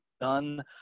done